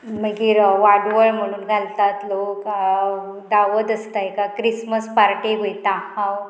मागीर वाडवळ म्हणून घालतात लोक दावत आसता एका क्रिसमस पार्टी वयता हांव